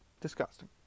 disgusting